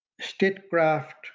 statecraft